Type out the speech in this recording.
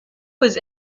was